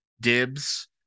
dibs